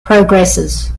progresses